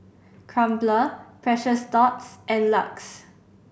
Crumpler Precious Thots and LUX